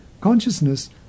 Consciousness